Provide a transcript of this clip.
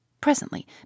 Presently